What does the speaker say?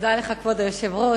תודה לך, כבוד היושב-ראש.